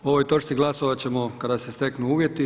O ovoj točci glasovat ćemo kada se steknu uvjeti.